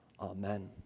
Amen